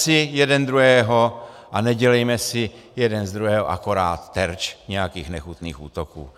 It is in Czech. Važme si jeden druhého a nedělejme si jeden z druhého akorát terč nějakých nechutných útoků.